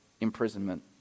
imprisonment